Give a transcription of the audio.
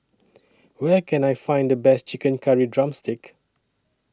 Where Can I Find The Best Chicken Curry Drumstick